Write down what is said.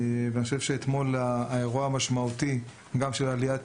אני חושב שאתמול האירוע המשמעותי של עליית